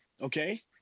Okay